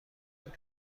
اومد